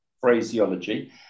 Phraseology